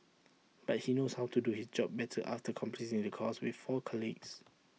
but he knows how to do his job better after completing the course with four colleagues